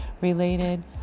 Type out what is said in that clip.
related